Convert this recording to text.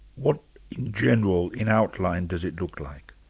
what in general, in outline does it look like?